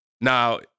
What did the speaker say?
now